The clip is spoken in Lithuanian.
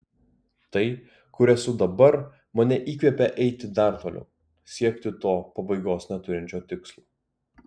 tai kur esu dabar mane įkvepia eiti dar toliau siekti to pabaigos neturinčio tikslo